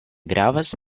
gravas